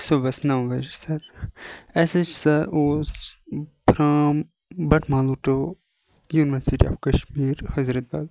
صُبحَس نَو بجے سَر اَسہِ حظ چھِ سۄ پھرام بَٹمالوٗ ٹہُ یُنورسِٹی آف کشمیٖر حضرَتبَل